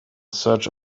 search